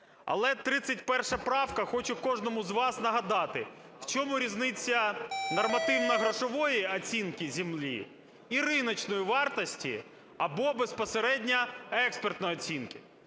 Але 31 правка, хочу кожному з вас нагадати, в чому різниця нормативно-грошової оцінки землі і ринкової вартості або безпосередньо експертної оцінки.